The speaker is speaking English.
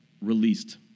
released